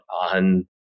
on